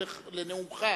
שהוא לא רוצה לשמוע תשובה,